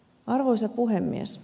arvoisa puhemies